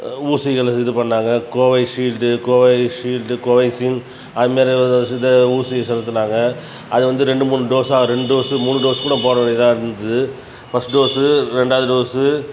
ஊசிகளை இது பண்ணாங்க Covishield Covishield Covaxin அதுமாதிரியான இதை ஊசி செலுத்தினாங்க அது வந்து ரெண்டு மூணு டோஸாக ரெண்டு டோஸு மூணு டோஸ் கூட போட வேண்டிதாக இருந்தது ஃபர்ஸ்ட் டோஸு ரெண்டாவது டோஸு